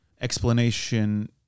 explanation